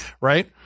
Right